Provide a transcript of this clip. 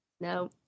No